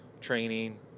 training